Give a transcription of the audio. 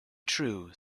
true